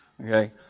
Okay